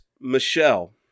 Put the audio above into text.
Michelle